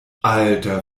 alter